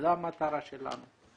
זו המטרה שלנו.